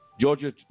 georgia